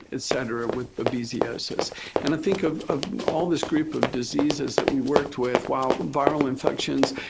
et cetera, with ah babesiosis. and i think of of all these group of diseases that we worked with while viral infections,